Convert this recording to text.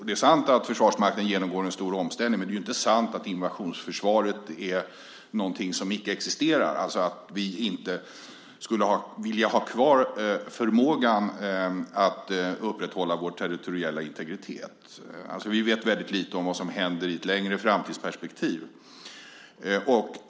Det är sant att Försvarsmakten genomgår en stor omställning, men det är ju inte sant att invasionsförsvaret icke existerar, alltså att vi inte skulle vilja ha kvar förmågan att upprätthålla vår territoriella integritet. Vi vet väldigt lite om vad som händer i ett längre framtidsperspektiv.